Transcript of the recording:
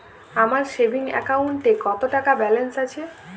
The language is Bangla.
আমার সেভিংস অ্যাকাউন্টে কত টাকা ব্যালেন্স আছে?